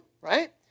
right